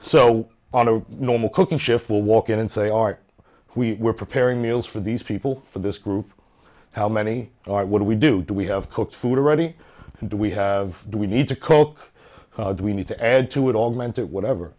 so on a normal cooking shift will walk in and say art we were preparing meals for these people for this group how many are what do we do do we have cooked food already do we have do we need to coke we need to add to it all meant that